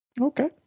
okay